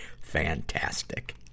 fantastic